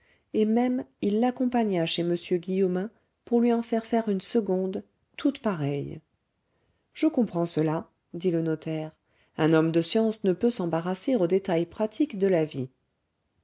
et même il l'accompagna chez m guillaumin pour lui en faire faire une seconde toute pareille je comprends cela dit le notaire un homme de science ne peut s'embarrasser aux détails pratiques de la vie